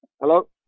hello